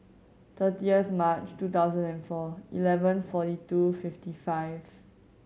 thirtieth March two thousand and four eleven forty two fifty five